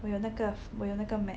我有那个我有那个 mat